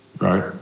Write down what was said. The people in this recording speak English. right